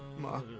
my